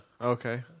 okay